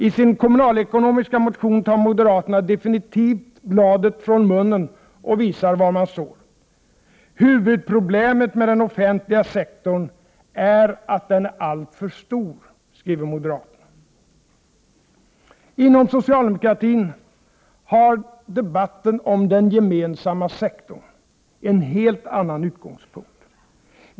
I sin kommunal-ekonomiska motion tar moderaterna definitivt bladet från munnen och visar var de står: ”Huvudproblemet med den offentliga sektorn är att den är alltför stor.” Inom socialdemokratin har debatten om den gemensamma sektorn en helt annan utgångspunkt.